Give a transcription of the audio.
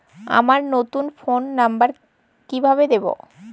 আমার নতুন phone number কিভাবে দিবো?